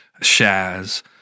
Shaz